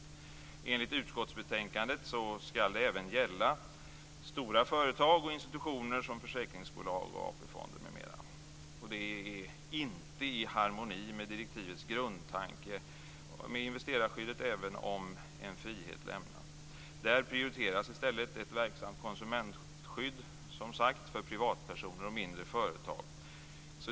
Enligt utskottsbetänkandet skall det även gälla stora företag och institutioner som försäkringsbolag och AP-fonder. Det är inte i harmoni med direktivets grundtanke om investerarskyddet, även om en frihet lämnas. Där prioriteras i stället ett verksamt konsumentskydd för privatpersoner och mindre företag.